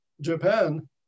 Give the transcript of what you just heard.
Japan